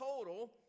total